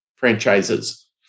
franchises